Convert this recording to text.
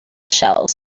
shells